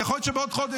יכול להיות שבעוד חודש,